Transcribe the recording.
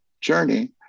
journey